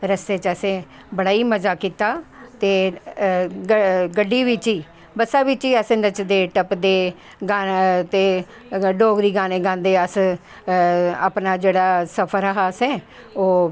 ते रस्ते च असैं बड़ा मज़ा कीता ते गड्डी बिच्च गै बसा बिच्च गै असैं नच्चदे टप्पदे गानें ते डोगरी गानें गांदे अस अपना जेह्ड़ा सफर हा असैं ओह्